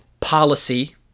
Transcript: policy